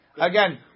again